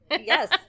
Yes